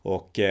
Och